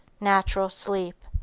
natural sleep.